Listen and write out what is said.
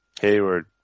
hayward